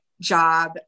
job